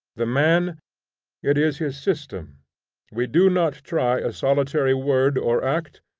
the man it is his system we do not try a solitary word or act,